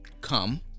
Come